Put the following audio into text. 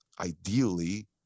ideally